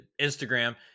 Instagram